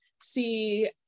see